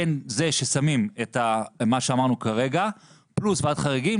בין זה ששמים את מה שאמרנו כרגע פלוס ועדת חריגים,